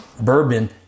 bourbon